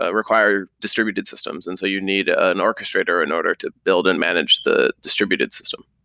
ah required distributed systems, and so you need ah an orchestrator in order to build and manage the distributed system.